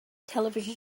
television